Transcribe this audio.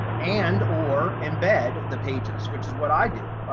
and or embed the pages, which is what i do.